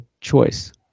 choice